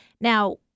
Now